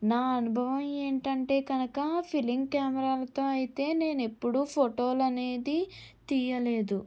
నా అనుభవం ఏంటంటే కనుక ఫిలిం కెమెరాలతో అయితే నేను ఎప్పుడూ ఫోటోలు అనేది తీయలేదు